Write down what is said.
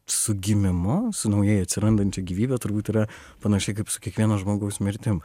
su gimimu su naujai atsirandančia gyvybe turbūt yra panašiai kaip su kiekvieno žmogaus mirtim